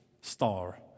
star